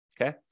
okay